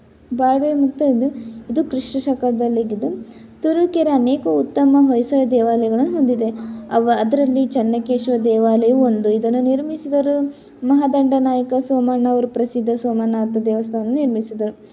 ಬಾವೆ ಇದು ಕ್ರಿಸ್ತಶಕದಲ್ಲಾಗಿದ್ದು ತುರುವೇಕೆರೆ ಅನೇಕ ಉತ್ತಮ ಹೊಯ್ಸಳ ದೇವಾಲಯಗಳನ್ನ ಹೊಂದಿದೆ ಅವು ಅದರಲ್ಲಿ ಚೆನ್ನಕೇಶವ ದೇವಾಲಯವು ಒಂದು ಇದನ್ನು ನಿರ್ಮಿಸಿದವರು ಮಹಾದಂಡನಾಯಕ ಸೋಮಣ್ಣವ್ರು ಪ್ರಸಿದ್ಧ ಸೋಮನಾಥ ದೇವಾಸ್ಥಾನವನ್ನ ನಿರ್ಮಿಸಿದರು